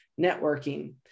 networking